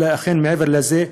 אלא מעבר לזה,